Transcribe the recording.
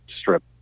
strip